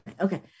okay